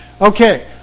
Okay